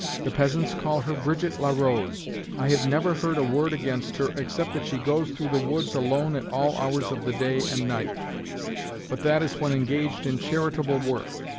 the peasants call her brigitte la rose i have never heard a word against her except that she goes through the woods alone at all hours of the day and night but that is when engaged in charitable work.